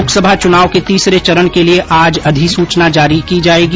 लोकसभा चुनाव के तीसरे चरण के लिये आज अधिसूचना जारी की जायेगी